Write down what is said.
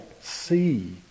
see